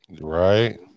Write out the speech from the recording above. right